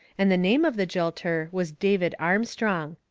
and the name of the jilter was david armstrong.